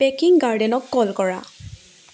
packing গাৰ্ডেনক কল কৰা